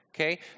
Okay